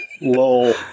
LOL